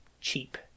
cheap